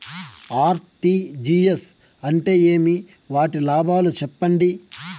RTGS అంటే ఏమి? వాటి లాభాలు సెప్పండి?